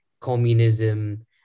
communism